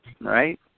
Right